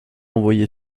envoyé